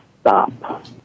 stop